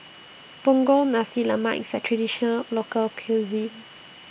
Punggol Nasi Lemak IS A Traditional Local Cuisine